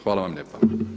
Hvala vam lijepa.